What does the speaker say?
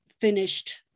finished